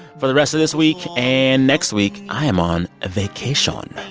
for the rest of this week and next week, i am on a vacation.